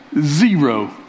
zero